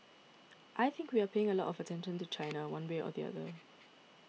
I think we are paying a lot of attention to China one way or the other